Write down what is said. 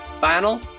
Final